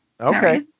Okay